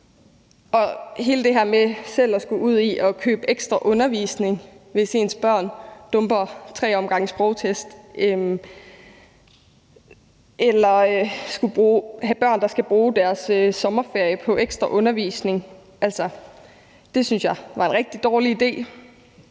Hele det her med selv at skulle ud i at købe ekstra undervisning, hvis ens børn dumper tre omgange sprogtest, eller hvis ens børn skal bruge deres sommerferie på ekstra undervisning, synes jeg var en rigtig dårlig idé,